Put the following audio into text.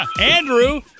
Andrew